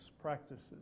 practices